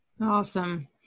Awesome